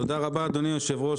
תודה רבה, אדוני היושב-ראש.